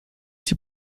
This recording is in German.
die